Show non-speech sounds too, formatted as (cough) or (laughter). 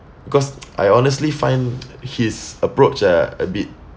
cause (noise) I honestly find (noise) his approach ah a bit